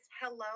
hello